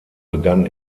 begann